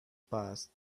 passed